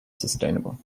sustainable